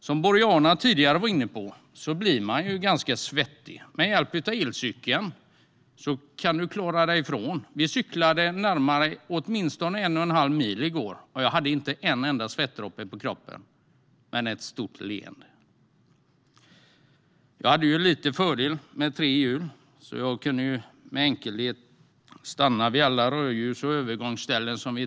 Som Boriana tidigare var inne på blir man ganska svettig, men med hjälp av elcykeln kan man klara sig från detta. Vi cyklade åtminstone en och en halv mil i går, och jag hade inte en enda svettdroppe på kroppen - men ett stort leende. Med tre hjul hade jag ju en liten fördel, så jag kunde med enkelhet stanna vid alla rödljus och övergångsställen.